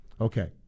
Okay